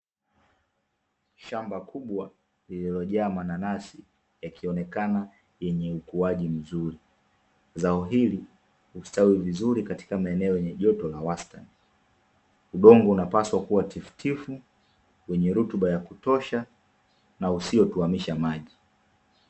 Shamba kubwa lilijoaa mananasi yakionekana yenye ukuaji mzuri. Zao hili hustawi vizuri katika maeneo yenye joto la wastani, udongo unapaswa kuwa tifutifu wenye rutuba ya kutosha na usiotwamisha maji.